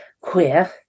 queer